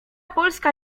polska